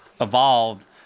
evolved